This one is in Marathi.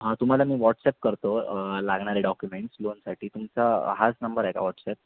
हां तुम्हाला मी व्हॉट्सअप करतो लागणारे डॉक्युमेंट्स लोनसाठी तुमचा हाच नंबर आहे का व्हॉटसॲप